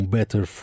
Better